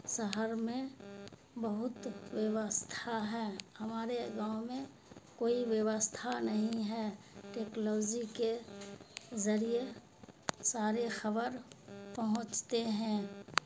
شہر میں بہت ویوستھا ہے ہمارے گاؤں میں کوئی ویوستھا نہیں ہے ٹیکلوزی کے ذریعے سارے خبر پہنچتے ہیں